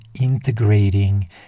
integrating